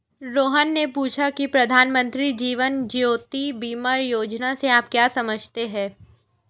रोहन ने पूछा की प्रधानमंत्री जीवन ज्योति बीमा योजना से आप क्या समझते हैं?